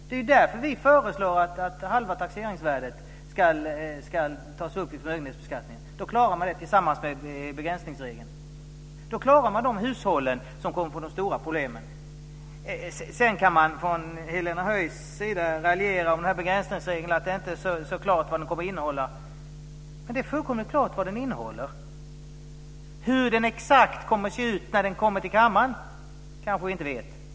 Det är därför vi föreslår att halva taxeringsvärdet ska tas upp i förmögenhetsbeskattningen. Då klarar man det tillsammans med begränsningsregeln. Då klarar man de hushåll som kommer att få de stora problemen. Sedan kan Helena Höij raljera och säga att det inte är så klart vad begränsningsregeln kommer att innehålla. Men det är fullständigt klart vad den innehåller. Exakt hur den kommer att se ut när det kommer till kammaren kanske vi inte vet.